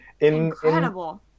Incredible